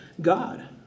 God